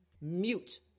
mute